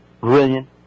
brilliant